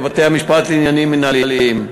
בתי-משפט לעניינים מינהליים.